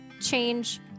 change